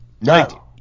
No